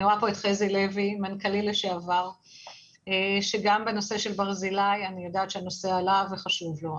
אני רואה את חזי לוי מנכ"לי לשעבר שגם בנושא של ברזילי זה עלה וחשוב לו.